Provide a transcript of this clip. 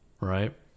right